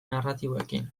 narratiboekin